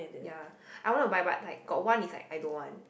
ya I wanna buy but like got one is like I don't want